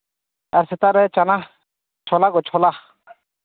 ᱟᱨ ᱥᱮᱛᱟᱜ ᱨᱮ ᱪᱟᱱᱟ ᱪᱷᱳᱞᱟ ᱠᱚ ᱪᱷᱳᱞᱟ